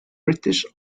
british